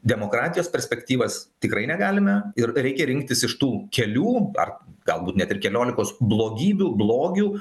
demokratijos perspektyvas tikrai negalime ir reikia rinktis iš tų kelių ar galbūt net ir keliolikos blogybių blogių